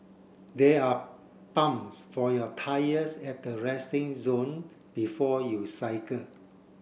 there are pumps for your tyres at the resting zone before you cycle